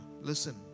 listen